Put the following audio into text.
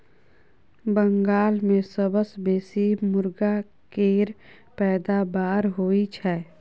बंगाल मे सबसँ बेसी मुरगा केर पैदाबार होई छै